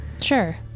Sure